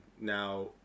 now